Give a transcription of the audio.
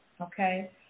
okay